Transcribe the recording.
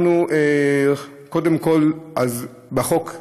אנחנו, קודם כול, בחוק,